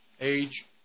age